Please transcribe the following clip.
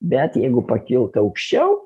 bet jeigu pakilt aukščiau